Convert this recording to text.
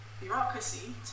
bureaucracy